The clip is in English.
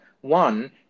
One